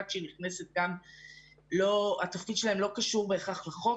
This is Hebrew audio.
כשהיא נכנסת והתפקיד שלהן לא קשור בהכרח לחוק,